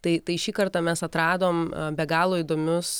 tai tai šį kartą mes atradom be galo įdomius